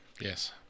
Yes